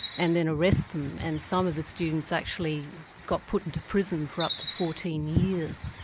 and then arrest them, and some of the students actually got put into prison for up to fourteen years.